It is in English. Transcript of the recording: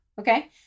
Okay